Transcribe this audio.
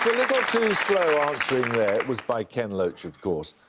too slow answering there. it was by ken loach, of course.